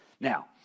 Now